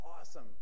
awesome